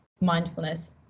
mindfulness